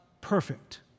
perfect